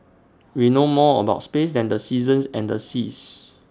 we know more about space than the seasons and the seas